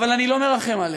אבל אני לא מרחם עליהם,